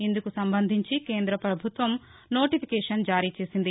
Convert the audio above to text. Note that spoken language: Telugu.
ఇందుకు సంబంధించి కేంద్ర ప్రభుత్వం నోటిఫికేషన్ జారీచేసింది